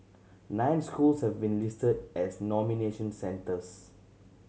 nine schools have been listed as nomination centres